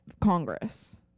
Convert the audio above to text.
Congress